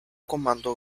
comando